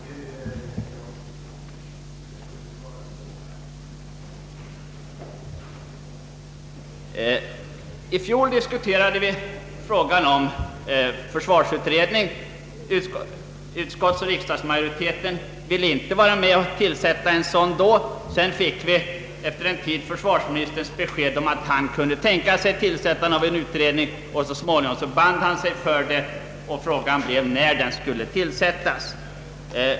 I fjol diskuterade vi frågan om en ny försvarsutredning. Utskottsmajoriteten och riksdagsmajoriteten ville då inte vara med om att begära en sådan. Efter en tid fick vi försvarsministerns besked att han kunde tänka sig tillsättandet av en utredning, och så småningom band han sig för det. Frågan blev när försvarsutredningen skulle = tillsättas.